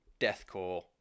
deathcore